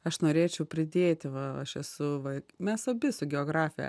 aš norėčiau pridėti va aš esu va mes abi su geografe